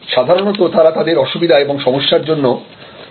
সাধারণত তারা তাদের অসুবিধা এবং সমস্যার জন্য ক্ষতিপূরণ আশা করে